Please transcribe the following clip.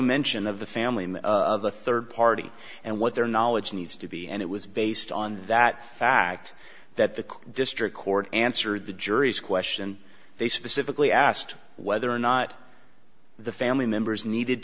mention of the family of a third party and what their knowledge needs to be and it was based on that fact that the district court answered the jury's question they specifically asked whether or not the family members needed